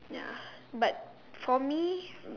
ya but for me